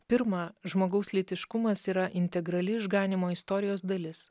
pirma žmogaus lytiškumas yra integrali išganymo istorijos dalis